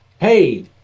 hey